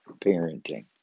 parenting